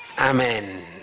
Amen